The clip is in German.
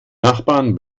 nachbarn